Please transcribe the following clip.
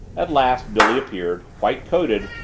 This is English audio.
at last, billy appeared, white-coated,